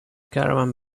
caravan